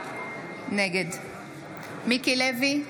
נגד מיקי לוי,